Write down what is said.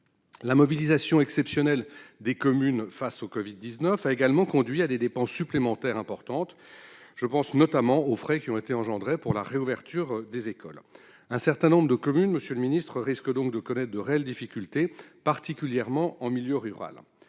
La mobilisation exceptionnelle des communes face au Covid-19 a également entraîné de lourdes dépenses supplémentaires- je pense notamment aux frais engendrés par la réouverture des écoles. Un certain nombre de communes risquent donc de connaître de réelles difficultés, particulièrement en milieu rural.